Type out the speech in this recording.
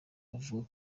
bavuga